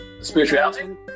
Spirituality